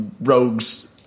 Rogue's